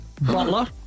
butler